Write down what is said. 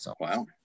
Wow